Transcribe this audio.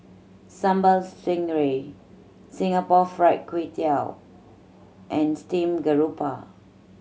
Sambal Stingray Singapore Fried Kway Tiao and steamed garoupa